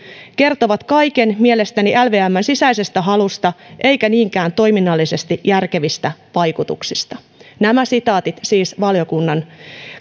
kertovat mielestäni kaiken lvmn sisäisestä halusta eikä niinkään toiminnallisesti järkevistä vaikutuksista nämä sitaatit ovat siis valiokunnan